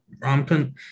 rampant